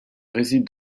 réside